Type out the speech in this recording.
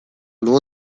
know